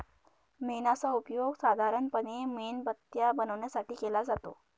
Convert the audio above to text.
मेणाचा उपयोग साधारणपणे मेणबत्त्या बनवण्यासाठी केला जातो